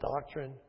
doctrine